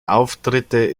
auftritte